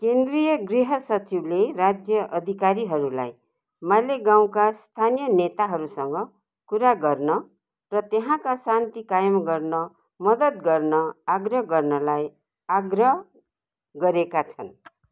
केन्द्रीय गृह सचिवले राज्य अधिकारीहरूलाई मालेगाउँका स्थानीय नेताहरूसँग कुरा गर्न र त्यहाँका शान्ति कायम गर्न मदद गर्न आग्रह गर्नलाई आग्रह गरेका छन्